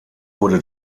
wurde